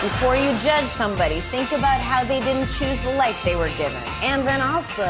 before you judge somebody, think about how they didn't choose the life they were given. and then ah